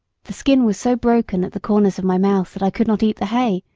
the skin was so broken at the corners of my mouth that i could not eat the hay,